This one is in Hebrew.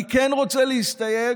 אני כן רוצה להסתייג,